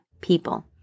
people